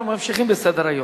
אנחנו ממשיכים בסדר-היום: